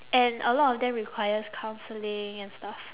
and a lot of them requires counselling and stuff